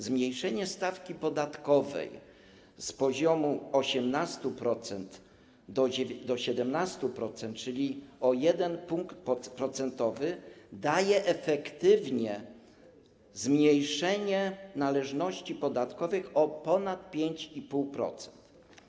Zmniejszenie stawki podatkowej z poziomu 18% do poziomu 17%, czyli o jeden punkt procentowy, daje efektywnie zmniejszenie należności podatkowych o ponad 5,5%.